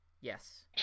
Yes